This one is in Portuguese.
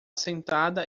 sentada